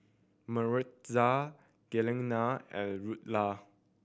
Maritza Glenna and Luella